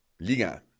Liga